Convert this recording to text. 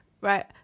right